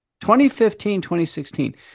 2015-2016